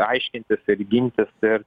aiškintis ir gintis ir